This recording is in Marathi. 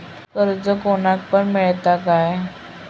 कर्ज कोणाक पण मेलता काय?